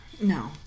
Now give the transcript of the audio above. no